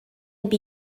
also